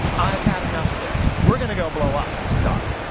i've had enough of this. we're gonna go blow up some stuff.